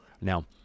Now